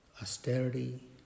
austerity